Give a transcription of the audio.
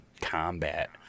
combat